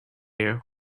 you